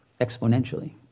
exponentially